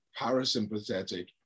parasympathetic